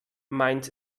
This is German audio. meint